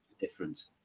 Difference